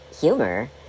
humor